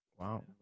Wow